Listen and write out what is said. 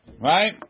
Right